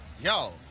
yo